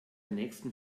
nächsten